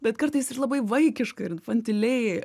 bet kartais ir labai vaikiškai ir infantiliai